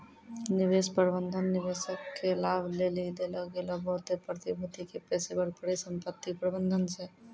निवेश प्रबंधन निवेशक के लाभ लेली देलो गेलो बहुते प्रतिभूति के पेशेबर परिसंपत्ति प्रबंधन छै